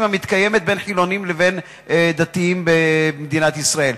המתקיימת בין חילונים לדתיים במדינת ישראל.